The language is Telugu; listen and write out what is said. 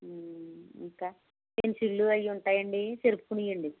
ఇంకా పెన్సిళ్ళు అవి ఉంటాయాండి చెరుపుకునేవి ఇవ్వండి